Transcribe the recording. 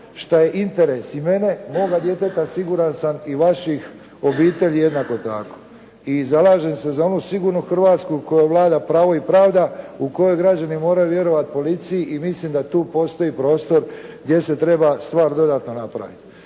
šta je interes i mene, moga djeteta, siguran sam i vaših obitelji jednako tako. I zalažem se za onu sigurnu Hrvatsku u kojoj vlada pravo i pravda, u kojoj građani moraju vjerovati policiji i mislim da tu postoji prostor gdje se treba stvar dodatno napraviti.